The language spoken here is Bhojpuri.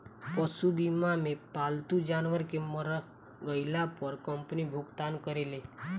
पशु बीमा मे पालतू जानवर के मर गईला पर कंपनी भुगतान करेले